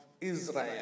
Israel